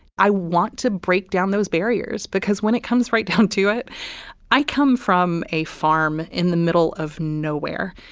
i want to break down those barriers because when it comes right down to it i come from a farm in the middle of nowhere.